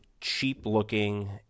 cheap-looking